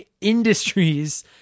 industries